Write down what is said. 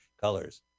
colors